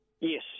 Yes